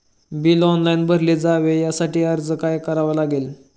Bill online भरले जावे यासाठी काय अर्ज करावा लागेल?